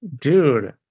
dude